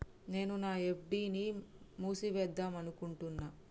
నేను నా ఎఫ్.డి ని మూసివేద్దాంనుకుంటున్న